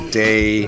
day